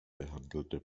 behandelte